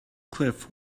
cliff